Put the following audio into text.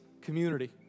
community